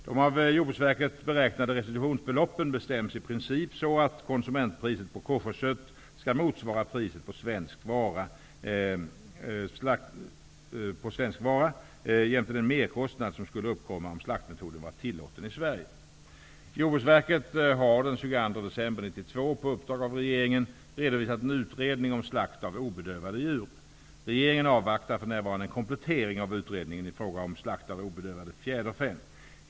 De av Jordbruksverket beräknade restitutionsbeloppen bestäms i princip så att konsumentpriset på koscherkött skall motsvara priset för svensk vara jämte den merkostnad som skulle uppkomma om slaktmetoden var tillåten i Jordbruksverket har den 22 december 1992 på uppdrag av regeringen redovisat en utredning om slakt av obedövade djur. Regeringen avvaktar för närvarande en komplettering av utredningen i fråga om slakt av obedövade fjäderfä.